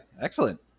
Excellent